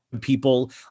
people